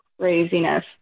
craziness